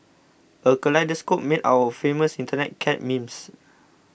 a kaleidoscope made out of famous Internet cat memes